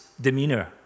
demeanor